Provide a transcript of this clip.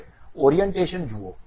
હવે ઓરિએન્ટેશન જુઓ